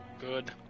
Good